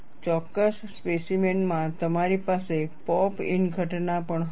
ચોક્કસ સ્પેસીમેન માં તમારી પાસે પૉપ ઇન ઘટના પણ હશે